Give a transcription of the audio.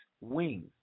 wings